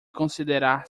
considerar